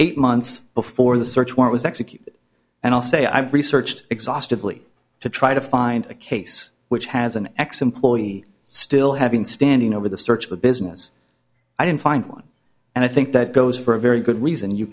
eight months before the search warrant was executed and i'll say i've researched exhaustively to try to find a case which has an ex employee still having standing over the search of a business i didn't find one and i think that goes for a very good reason you